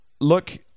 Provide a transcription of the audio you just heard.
Look